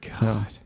god